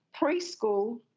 preschool